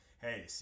hey